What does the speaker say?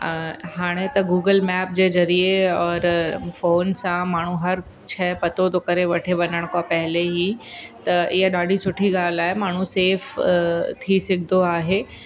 हाणे त Google map जे जरिए और फ़ोन सां माण्हू हर शइ पतो थो करे वठे वञण खां पहिरीं ई त हीअ ॾाढी सुठी ॻाल्हि आहे माण्हू सेफ़ थी सघंदो आहे